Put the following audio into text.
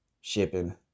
shipping